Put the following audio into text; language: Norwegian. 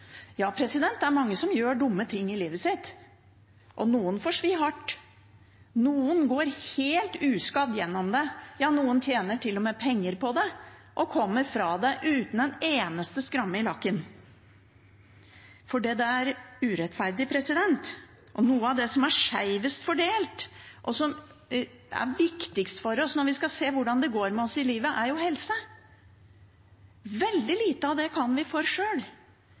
Ja, det er mange som gjør dumme ting i livet sitt, og noen får svi hardt. Noen går helt uskadd gjennom det. Noen tjener til og med penger på det og kommer fra det uten en eneste ripe i lakken, fordi det er urettferdig. Noe av det som er skjevest fordelt, og som er viktigst når vi skal se hvordan det går med oss i livet, er helse. Veldig lite av det kan vi noe for sjøl,